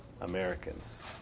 Americans